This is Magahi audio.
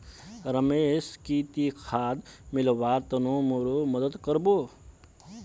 रमेश की ती खाद मिलव्वार तने मोर मदद कर बो